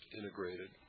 integrated